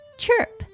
chirp